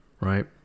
right